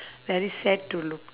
very sad to look